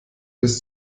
bis